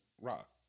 rock